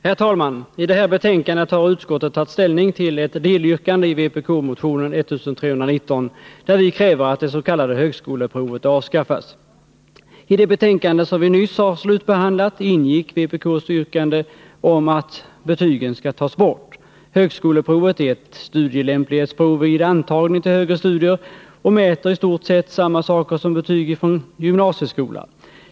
Herr talman! I det här betänkandet har utskottet tagit ställning till ett delyrkande i vpk-motionen 1319, där vi kräver att det s, k. högskoleprovet avskaffas. I betänkandet nr 20, som vi nyss har slutbehandlat, ingick vpk:s yrkande om att betygen skall tas bort. Högskoleprovet är ett studielämplighetsprov vid antagning till högre studier och mäter i stort sett samma saker som betyg från gymnasieskolan.